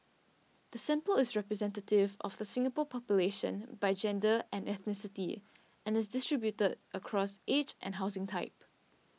the sample is representative of the Singapore population by gender and ethnicity and is distributed across age and housing type